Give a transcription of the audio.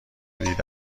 دیده